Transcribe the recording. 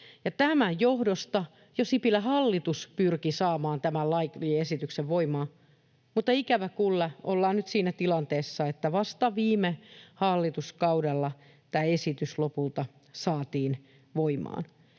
Tämän johdosta jo Sipilän hallitus pyrki saamaan tämän lakiesityksen voimaan, mutta, ikävä kyllä, ollaan nyt siinä tilanteessa, että vasta viime hallituskaudella tämä esitys lopulta saatiin voimaan.